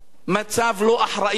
מצב לא אחראי.